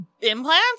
implants